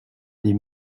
des